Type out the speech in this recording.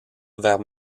vers